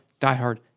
diehard